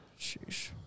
Sheesh